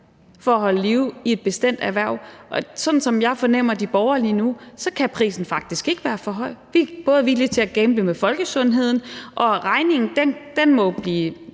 for at holde liv i et bestemt erhverv. Sådan som jeg fornemmer det hos de borgerlige nu, så kan prisen faktisk ikke være for høj. De er villige til at gamble med folkesundheden, og regningen må blive